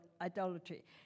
idolatry